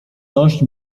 dość